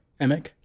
Emic